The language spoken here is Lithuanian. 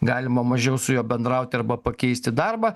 galima mažiau su juo bendraut arba pakeisti darbą